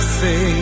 say